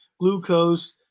glucose